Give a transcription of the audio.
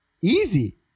easy